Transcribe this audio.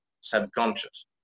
subconscious